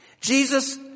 Jesus